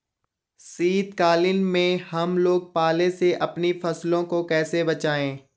शीतकालीन में हम लोग पाले से अपनी फसलों को कैसे बचाएं?